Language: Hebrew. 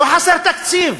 לא חסר תקציב,